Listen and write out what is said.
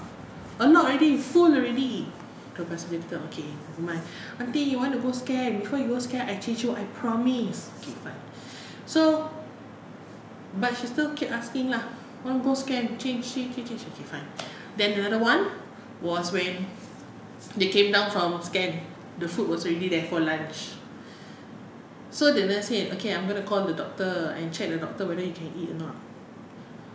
a lot already full already lepas itu dia kata okay nevermind aunty you want to go scan after you go scan I change for you I promise okay fine so but she still keep asking lah go scan change change change change okay fine then the other one was when they came down from scan the food was already there for lunch so the nurse say okay I'm going to call the doctor and check the doctor whether you can eat or not